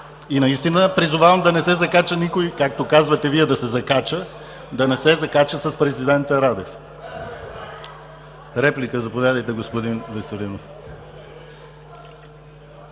И наистина призовавам да не се „закача“ никой, както казвате Вие да се „закача“, да не се „закача“ с президента Радев! Реплика, заповядайте, господин Веселинов.